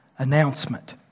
announcement